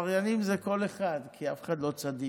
העבריינים זה כל אחד, כי אף אחד לא צדיק.